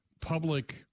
public